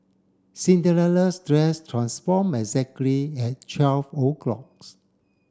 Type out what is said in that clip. Cinderella's dress transform exactly at twelve o'clocks